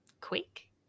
quick